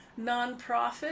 nonprofit